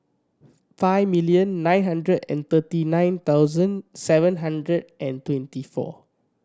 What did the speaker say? five million nine hundred and thirty nine thousand seven hundred and twenty four